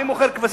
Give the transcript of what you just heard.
מי מוכר כבשים?